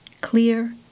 clear